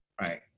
right